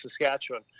saskatchewan